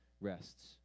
rests